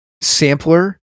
sampler